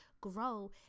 grow